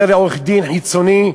שעבר לעורך-דין חיצוני,